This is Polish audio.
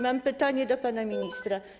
Mam pytania do pana ministra.